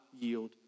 yield